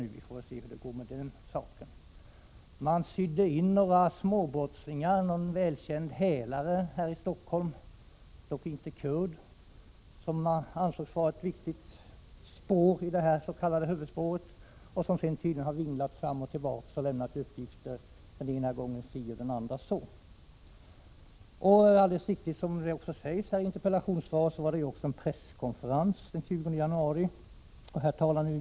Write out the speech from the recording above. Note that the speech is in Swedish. Vi får väl se hur det går med den saken. Man sydde in några småbrottslingar, bl.a. en välkänd hälare här i Stockholm — dock inte kurd — som man ansåg var en viktig ledtråd i det s.k. huvudspåret och som tydligen har vinglat fram och tillbaka och lämnat uppgifter den ena gången si, den andra gången så. Som det alldeles riktigt sägs i interpellationssvaret var det också en presskonferens den 20 januari.